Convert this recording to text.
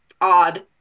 odd